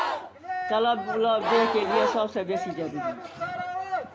चलब बूलब जे देहके लिए सभसँ बेसी जरूरी छै